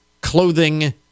clothing